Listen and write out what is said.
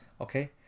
okay